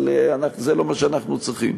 אבל זה לא מה שאנחנו צריכים.